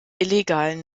illegalen